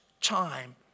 time